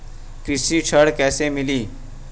कृषि ऋण कैसे मिली?